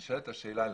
נשאלת השאלה למה.